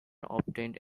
obtained